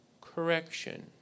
correction